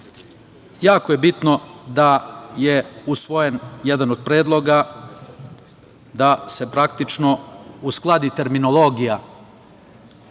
jako je bitno da je usvojen jedan od predloga da se praktično uskladi terminologija